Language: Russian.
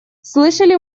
слышали